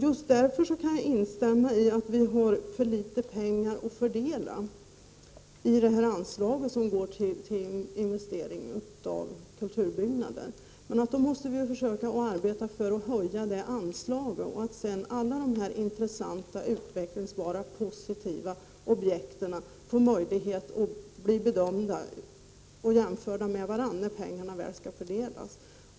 Just därför kan jag instämma i synpunkten att vi har för litet pengar att fördela på anslaget som går till investering i kulturbyggnader. Då måste vi arbeta för att få anslaget höjt, så att alla de intressanta, utvecklingsbara och positiva objekten kan bli jämförda med varandra, när pengarna väl skall fördelas.